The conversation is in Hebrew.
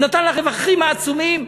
הוא נתן לרווחים העצומים,